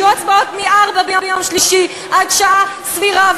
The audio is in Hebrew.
שיהיו הצבעות מ-16:00 ביום שלישי עד שעה סבירה,